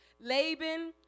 Laban